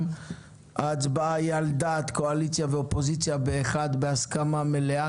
ההצבעה היא על דעת הקואליציה והאופוזיציה כאחד בהסכמה מלאה,